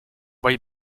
bai